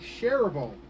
shareable